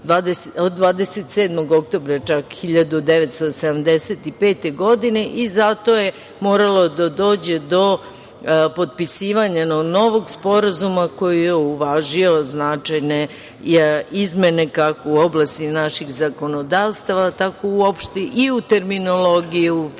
od 27. oktobra 1975. godine, i zato je moralo da dođe do potpisivanja novog sporazuma koji je uvažio značajne izmene, kako u oblasti naših zakonodavstava, tako i uopšte u terminologiji filmskog